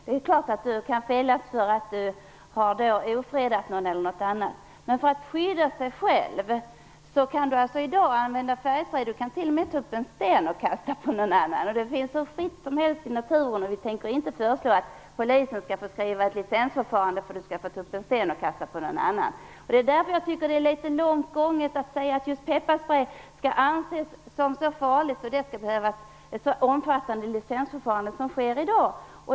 Det är klart att man då kan fällas för ofredande eller någonting annat. Men för att skydda sig själv kan man i dag använda färgsprej. Man kan t.o.m. ta upp en sten som kan kastas på någon annan. Det finns hur mycket och fritt som helst i naturen. Vi tänker inte föreslå att polisen skall införa ett licensförfarande för att man skall få ta upp en sten och kasta på någon annan. Det är därför som jag tycker att det är att gå litet för långt att säga att just pepparsprej skall anses som så farligt att det skall behövas ett så omfattande licensförfarande som man har i dag.